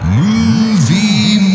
movie